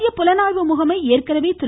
மத்திய புலனாய்வு முகமை ஏற்கனவே திரு